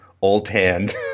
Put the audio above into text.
all-tanned